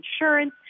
insurance